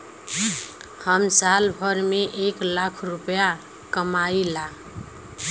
हम साल भर में एक लाख रूपया कमाई ला